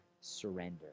surrender